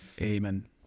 Amen